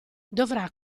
dovrà